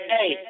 Hey